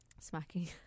smacking